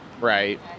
right